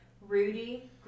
Rudy